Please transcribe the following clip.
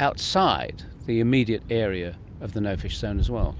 outside the immediate area of the no-fish zone as well.